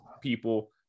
people